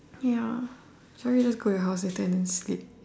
ya should I just go your house later and then sleep